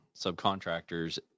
subcontractors